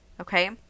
okay